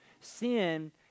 Sin